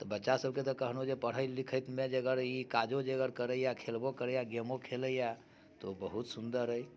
तऽ बच्चासभके तऽ कहलहुँ पढ़ै लिखैतमे जे अगर ई काजो जे अगर करैए खेलबो करैए गेमो खेलैए तऽ ओ बहुत सुन्दर अइ